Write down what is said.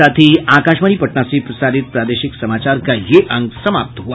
इसके साथ ही आकाशवाणी पटना से प्रसारित प्रादेशिक समाचार का ये अंक समाप्त हुआ